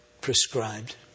prescribed